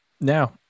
Now